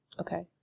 Okay